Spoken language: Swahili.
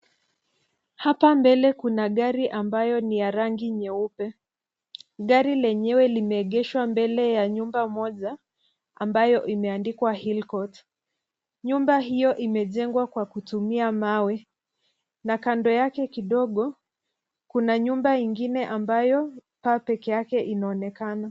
Hapa mbele kuna gari ambayo ni ya rangi nyeupe. Gari lenyewe limeegeshwa mbele ya nyumba moja ambayo imeandikwa, hill court. Nyumba hiyo imejengwa kwa kutumia mawe na kando yake kidogo kuna nyumba ingine ambayo paa peke yake inaonekana.